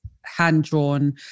hand-drawn